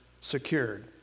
secured